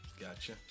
Gotcha